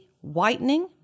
whitening